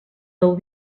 del